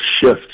shift